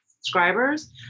subscribers